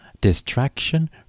distraction